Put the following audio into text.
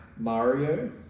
Mario